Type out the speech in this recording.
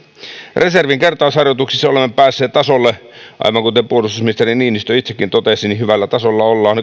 reservin kertausharjoituksissa olemme päässet hyvälle tasolle aivan kuten puolustusministeri niinistö itsekin totesi niin hyvällä tasolla ollaan